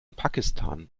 pakistan